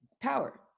power